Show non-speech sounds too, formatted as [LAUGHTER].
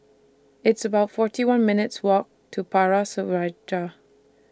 It's about forty one minutes' Walk to Power [UNINTELLIGIBLE]